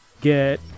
Get